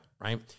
right